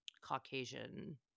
Caucasian